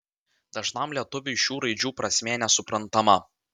dažnam lietuviui šių raidžių prasmė nesuprantama